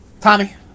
Tommy